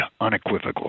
unequivocal